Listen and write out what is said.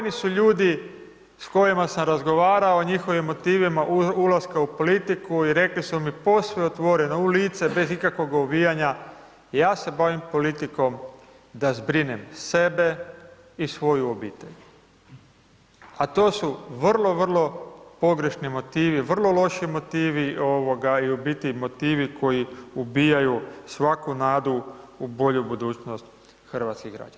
Brojni su ljudi s kojima sam razgovarao o njihovim motivima ulaska u politiku, i rekli su mi posve otvoreno, u lice, bez ikakvoga uvijanja, ja se bavim politikom da zbrinem sebe i svoju obitelj, a to su vrlo, vrlo pogrešni motivi, vrlo loši motivi, ovoga, i u biti motivi koji ubijaju svaku nadu u bolju budućnost hrvatskih građana.